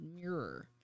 mirror